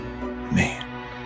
Man